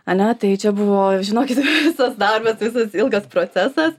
ane tai čia buvo žinokit visas darbas visas ilgas procesas